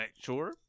sure